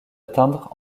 atteindre